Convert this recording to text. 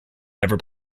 never